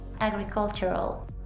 agricultural